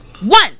one